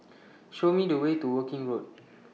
Show Me The Way to Woking Road